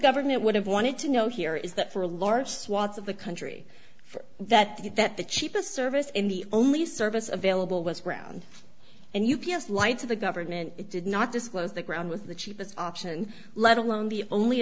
government would have wanted to know here is that for large swaths of the country for that that the cheapest service in the only service available was brown and u p s lied to the government did not disclose the ground with the cheapest option let alone the only